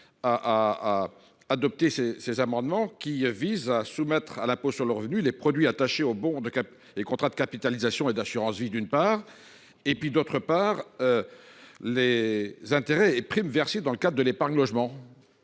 à adopter ces amendements, qui visent à soumettre à l’impôt sur le revenu, pour l’un, les produits attachés aux bons ou contrats de capitalisation et d’assurance vie et, pour l’autre, les intérêts et primes versés dans le cadre de l’épargne logement.